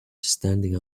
standing